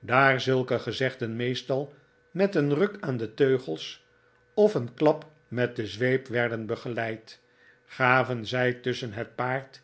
daar zulke gezegden meestal met een ruk aan de teugels of een klap met de zweep werden begeleid gaven zij tusschen het paard